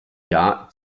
jahr